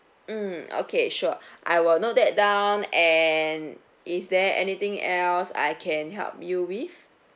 mm okay sure I will note that down and is there anything else I can help you with